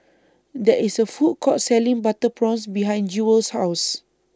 There IS A Food Court Selling Butter Prawns behind Jewel's House